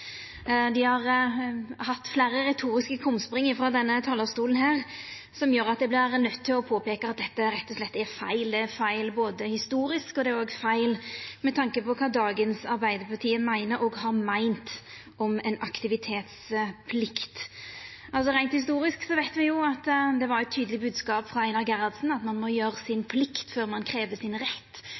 Dei har hatt fleire retoriske krumspring frå denne talarstolen som gjer at eg vert nøydd til å påpeika at dette rett og slett er feil. Det er feil historisk, og det er òg feil med tanke på kva dagens Arbeidarparti meiner og har meint om ein aktivitetsplikt. Reint historisk veit me jo at det var ein tydeleg bodskap frå Einar Gerhardsen at ein må gjera si plikt før ein krev sin rett.